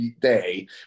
day